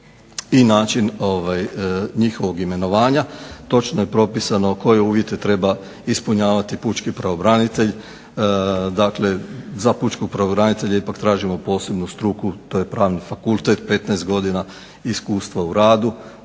način njihovog imenovanja. Točno je propisano koje uvjete treba ispunjavati pučki pravobranitelj. Dakle, za pučkog pravobranitelja ipak tražimo posebnu struku, to je Pravni fakultet, 15 godina iskustva u radu,